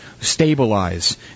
stabilize